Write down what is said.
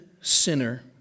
sinner